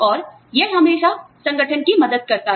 और यह हमेशा संगठन की मदद करता है